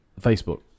Facebook